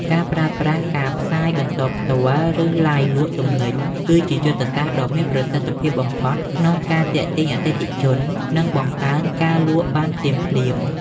ការប្រើប្រាស់ការផ្សាយបន្តផ្ទាល់ ឬឡាយលក់ទំនិញ គឺជាយុទ្ធសាស្ត្រដ៏មានប្រសិទ្ធភាពបំផុតក្នុងការទាក់ទាញអតិថិជន និងបង្កើនការលក់បានភ្លាមៗ។